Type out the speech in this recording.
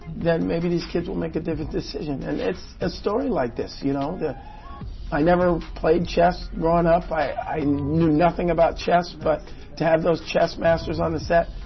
then maybe these kids will make a different decision. and it's a story like this. you know yeah i never played chess growing up. i i knew nothing about ches. chess. but to have those chess masters on the set,